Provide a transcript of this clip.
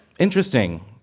Interesting